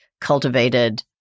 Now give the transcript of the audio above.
cultivated